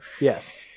Yes